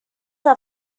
are